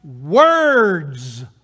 words